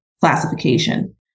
classification